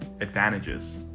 advantages